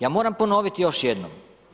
Ja moram ponoviti još jednom.